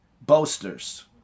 boasters